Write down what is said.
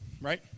right